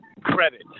credit